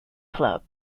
club